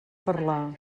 parlar